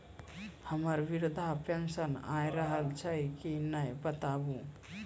हमर वृद्धा पेंशन आय रहल छै कि नैय बताबू?